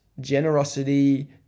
generosity